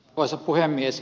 arvoisa puhemies